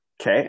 Okay